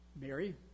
Mary